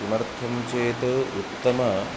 किमर्थं चेत् उत्तम